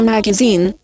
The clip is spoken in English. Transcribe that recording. Magazine